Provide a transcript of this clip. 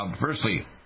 Firstly